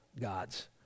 gods